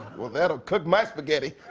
well. that will cook my spaghetti.